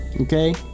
Okay